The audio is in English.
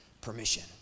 permission